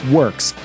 works